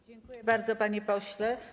Dziękuję bardzo, panie pośle.